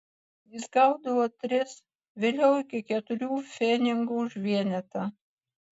jis gaudavo tris vėliau iki keturių pfenigų už vienetą